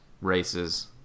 races